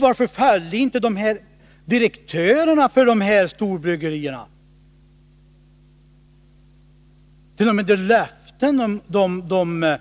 Varför följde inte direktörerna för de stora bryggerierna ens de löften de